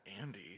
Andy